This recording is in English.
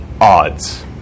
odds